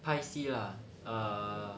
拍戏啦 err